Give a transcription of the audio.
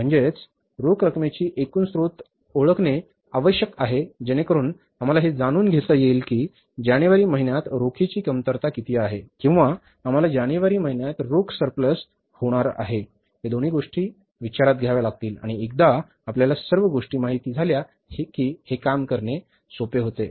म्हणजे रोख रकमेची एकूण स्त्रोत ओळखणे आवश्यक आहे जेणेकरुन आम्हाला हे जाणून घेता येईल की जानेवारी महिन्यात रोखीची कमतरता आहे किंवा आम्हाला जानेवारी महिन्यात रोख सरप्लस होणार आहे या दोन्ही गोष्टी विचारात घ्याव्या लागतील आणि एकदा आपल्याला सर्व गोष्टी माहित झाल्या की काम करणे सोपे होते